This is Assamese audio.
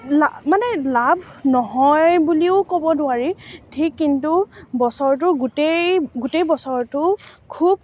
লা মানে লাভ নহয় বুলিও ক'ব নোৱাৰি ঠিক কিন্তু বছৰটো বছৰটো খুব